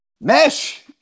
mesh